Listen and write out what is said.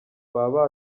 baba